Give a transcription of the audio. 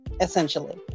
essentially